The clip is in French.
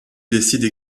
décide